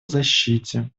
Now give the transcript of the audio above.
защите